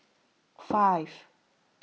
five